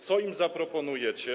Co im zaproponujecie?